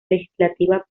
legislativa